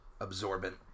absorbent